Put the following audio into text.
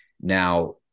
Now